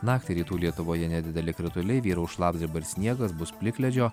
naktį rytų lietuvoje nedideli krituliai vyraus šlapdriba ir sniegas bus plikledžio